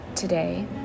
today